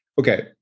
okay